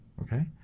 Okay